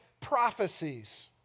prophecies